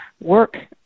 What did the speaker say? work